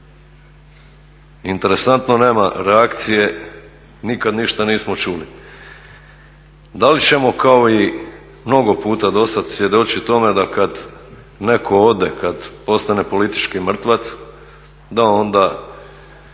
Interesantno, nema reakcije, nikad ništa nismo čuli. Da li ćemo kao i mnogo puta do sad svjedočit tome da kad netko ode, kad postane politički mrtvac da onda